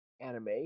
anime